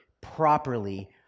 properly